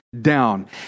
down